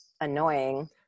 annoying